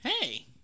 hey